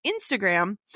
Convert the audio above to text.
Instagram